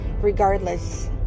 regardless